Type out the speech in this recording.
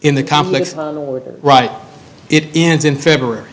in the complex right it ends in february